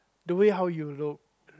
the way how you look